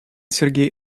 сергей